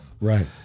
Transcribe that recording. right